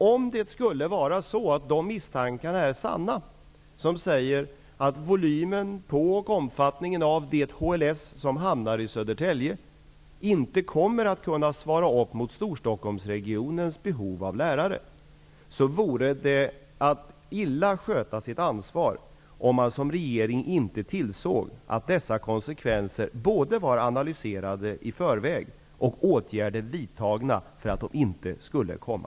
Beträffande misstankarna om att volymen på och omfattningen av HLS som hamnar i Södertälje inte motsvarar Storstockholsregionens behov av lärare besannas, förutsätter dessa människor och skolan att dessa konsekvenser analyserats i förväg och att åtgärder vidtagits för att det man befarat inte skulle bli verklighet.